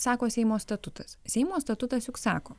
sako seimo statutas seimo statutas juk sako